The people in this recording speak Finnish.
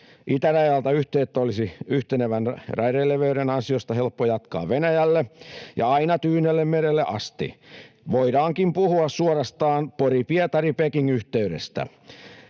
Itärajalta yhteyttä olisi yhtenevän raideleveyden ansiosta helppo jatkaa Venäjälle ja aina Tyynellemerelle asti. Voidaankin puhua suorastaan Pori—Pietari—Peking-yhteydestä.